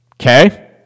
okay